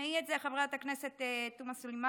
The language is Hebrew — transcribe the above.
ותשמעי את זה, חברת הכנסת תומא סלימאן: